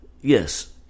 yes